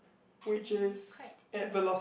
should be quite near